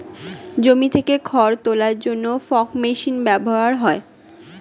জমি থেকে খড় তোলার জন্য ফর্ক মেশিন ব্যবহার করা হয়